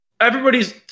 everybody's